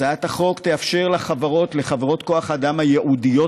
הצעת החוק תאפשר לחברות כוח האדם הייעודיות